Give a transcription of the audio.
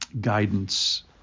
guidance